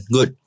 Good